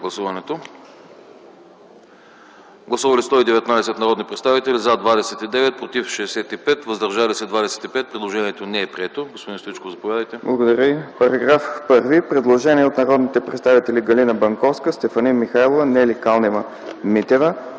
Гласували 119 народни представители: за 29, против 65, въздържали се 25. Предложението не е прието. Господин Стоичков, заповядайте. ДОКЛАДЧИК ОГНЯН СТОИЧКОВ: По §1 има предложение от народните представители Галина Банковска, Стефани Михайлова и Нели Калнева-Митева.